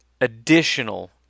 additional